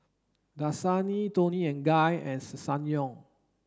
Dasani Toni and Guy and Ssangyong